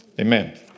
Amen